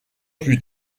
plus